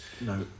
No